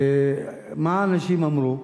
מה האנשים אמרו?